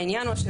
העניין הוא,